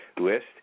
list